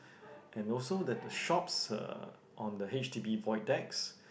and also that the shops uh on the H_D_B void decks